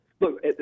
look